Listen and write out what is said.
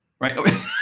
right